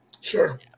Sure